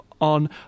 on